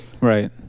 right